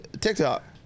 TikTok